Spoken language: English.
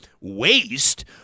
waste